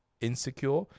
insecure